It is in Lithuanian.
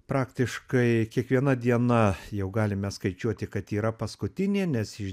praktiškai kiekviena diena jau galime skaičiuoti kad yra paskutinė nes iš